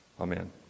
Amen